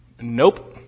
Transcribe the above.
Nope